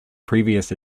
previous